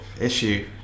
issue